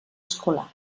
escolar